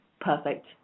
perfect